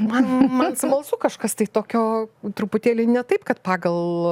man man smalsu kažkas tai tokio truputėlį ne taip kad pagal